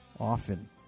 often